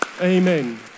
Amen